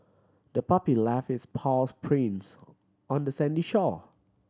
the puppy left its paws prints on the sandy shore